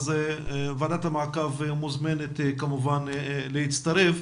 אז ועדת המעקב מוזמנת כמובן להצטרף.